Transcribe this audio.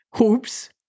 Oops